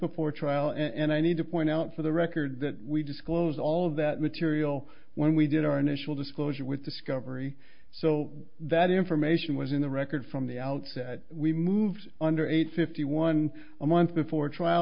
before trial and i need to point out for the record that we disclose all of that material when we did our initial disclosure with discovery so that information was in the record from the outset we moved under eight fifty one a month before trial